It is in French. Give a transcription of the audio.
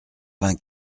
vingt